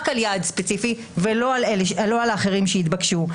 על יעד ספציפי ולא על אחרים שהתבקשו.